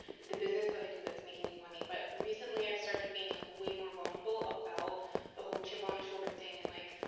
is the business that i do that's making me money, but recently i've started being like way more vulnerable about the whole chip-on-the-shoulder thing, and like